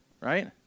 right